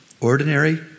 ordinary